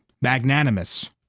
magnanimous